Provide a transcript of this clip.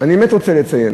אני באמת רוצה לציין